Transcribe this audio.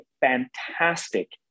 fantastic